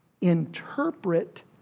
interpret